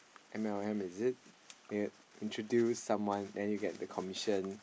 M_L_M is it they introduce someone then you get the commission